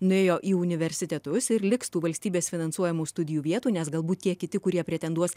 nuėjo į universitetus ir liks tų valstybės finansuojamų studijų vietų nes galbūt tie kiti kurie pretenduos